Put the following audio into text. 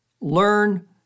learn